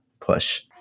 push